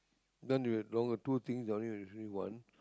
done with the two things down here there's only one